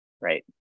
right